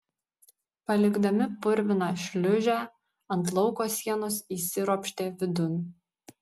palikdami purviną šliūžę ant lauko sienos įsiropštė vidun